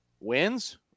wins